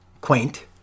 Quaint